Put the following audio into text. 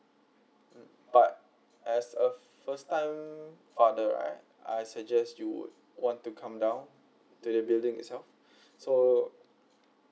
mm but as a first time father right I suggest you would want to come down to the building itself so